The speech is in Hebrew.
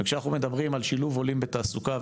וכשאנחנו מדברים על שילוב עולים בתעסוקה,